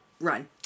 run